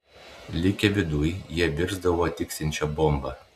likę viduj jie virsdavo tiksinčia bomba